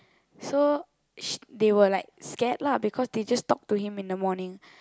so they were like scared lah because they just talk to him in the morning